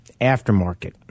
aftermarket